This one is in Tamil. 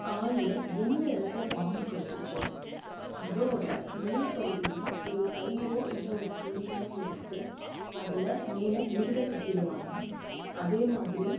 கால்ல எந்த இடத்துல பாம்பு கடிச்சிச்சோ அதோடய மேல் பகுதியில் ஒரு கயிறோ இல்லை ஒரு துணியோ எடுத்து அதில் மேலே இறுக கட்டிடுவாங்க அதே மாதிரி